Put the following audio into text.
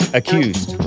accused